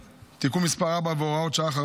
(תיקון מס' 4 והוראת שעה,